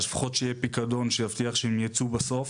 אז לפחות שיהיה פיקדון שיבטיח שהם יצאו בסוף.